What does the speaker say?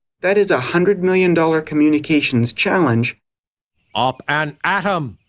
that is a hundred-million dollar communications challenge up and atom!